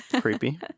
creepy